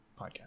podcast